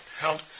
health